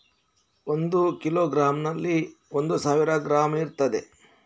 ಒಂದು ಕಿಲೋಗ್ರಾಂನಲ್ಲಿ ಒಂದು ಸಾವಿರ ಗ್ರಾಂ ಇರ್ತದೆ